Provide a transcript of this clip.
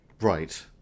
Right